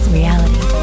reality